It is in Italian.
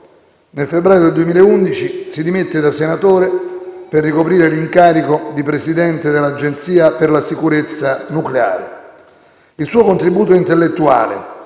Nel febbraio 2011 si dimette da senatore, per ricoprire l'incarico di presidente dell'Agenzia per la sicurezza nucleare. Il suo contributo intellettuale